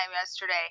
yesterday